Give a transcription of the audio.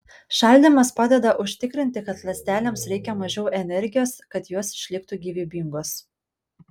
šaldymas padeda užtikrinti kad ląstelėms reikia mažiau energijos kad jos išliktų gyvybingos